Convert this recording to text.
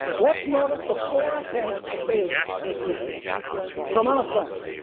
let's notice the four attempts of balaam to curse israel from outside.